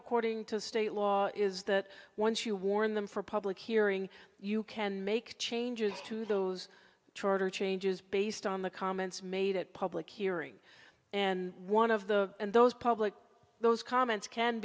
according to state law is that once you warn them for a public hearing you can make changes to those charter changes based on the comments made it public hearing and one of the those public those comments can